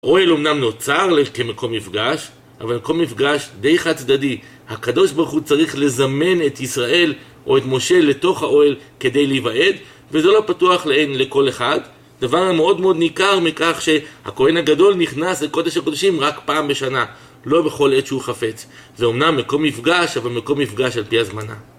אוהל אומנם נוצר כמקום מפגש, אבל מקום מפגש די חד צדדי. הקדוש ברוך הוא צריך לזמן את ישראל או את משה לתוך האוהל כדי להיוועד, וזה לא פתוח לכל אחד, דבר המאוד מאוד ניכר מכך שהכהן הגדול נכנס לקודש הקודשים רק פעם בשנה, לא בכל עת שהוא חפץ, זה אומנם מקום מפגש אבל מקום מפגש על פי הזמנה.